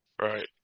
Right